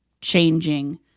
changing